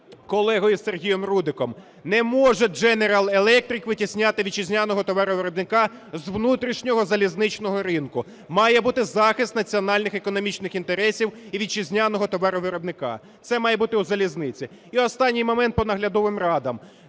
колегою Сергієм Рудиком, не може General Electric витісняти вітчизняного товаровиробника з внутрішнього залізничного ринку, має бути захист національних економічних інтересів і вітчизняного товаровиробника. Це має бути у залізниці. І останній момент по наглядовим радам.